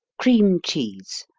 cream cheese